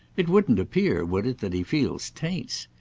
it wouldn't appear would it that he feels taints!